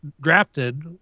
drafted